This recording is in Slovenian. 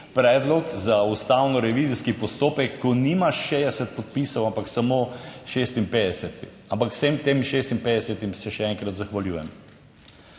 predlog za ustavno revizijski postopek, ko nimaš 60 podpisov, ampak samo 56. Ampak vsem tem 56 se še enkrat zahvaljujem.